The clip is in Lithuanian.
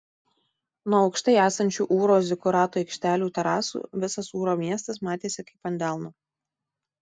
nuo aukštai esančių ūro zikurato aikštelių terasų visas ūro miestas matėsi kaip ant delno